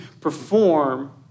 perform